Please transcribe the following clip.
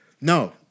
no